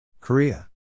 Korea